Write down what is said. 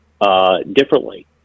differently